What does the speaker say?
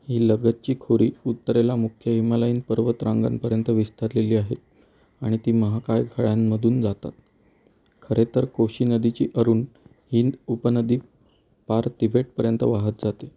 ही लगतची खोरी उत्तरेला मुख्य हिमालयीन पर्वतरांगांपर्यंत विस्तारलेली आहेत आणि ती महाकाय घळ्यांमधून जातात खरेतर कोशी नदीची अरुण हिंद उपनदी पार तिबेटपर्यंत वाहत जाते